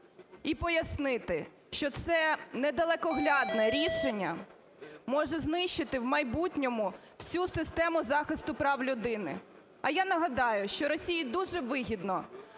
і пояснити, що це недалекоглядне рішення може знищити в майбутньому всю систему захисту прав людини. А я нагадаю, що Росії дуже вигідно